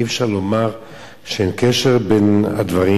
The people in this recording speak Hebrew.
אי-אפשר לומר שאין קשר בין הדברים.